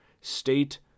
state